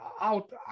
out